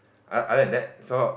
oth~ other than that so